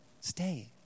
Stay